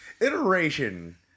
iteration